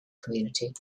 community